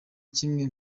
kimwe